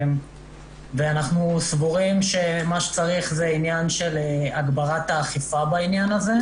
ואנחנו סבורים שמה שצריך זה הגברת אכיפה בעניין הזה.